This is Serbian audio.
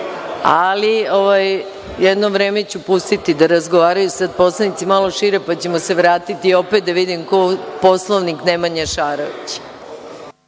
Ali, jedno vreme ću pustiti da razgovaraju, sad poslanici malo šire pa ćemo se vratiti opet da vidim ko će po Poslovniku. Reč ima Nemanja Šarović.